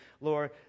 Lord